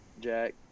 Jack